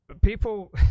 People